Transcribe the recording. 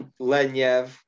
Lenyev